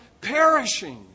perishing